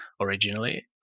originally